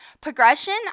progression